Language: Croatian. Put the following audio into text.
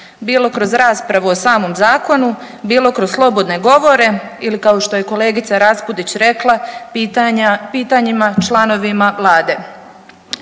bilo kroz raspravu o samom zakonu, bilo kroz slobodne govore ili kao što je kolegica Raspudić rekla, pitanja, pitanjima članovima vlade.